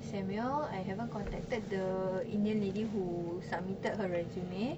samuel I haven't contacted the indian lady who submitted her resume